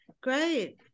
great